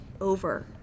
over